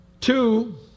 Two